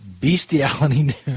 Bestiality